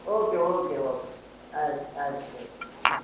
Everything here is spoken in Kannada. ಓಕೆ ಓಕೆ ಓಕೆ ಆಯ್ತು ಆಯ್ತು ಆಯ್ತು ಸರಿ ಹ್ಞೂ